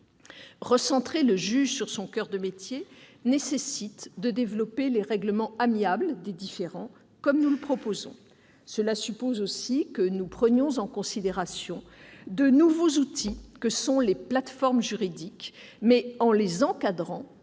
Recentrer le juge sur son coeur de métier nécessite de développer les règlements amiables des différends, comme nous le proposons. Cela suppose aussi que nous prenions en considération les outils nouveaux que sont les plateformes juridiques, mais en les encadrant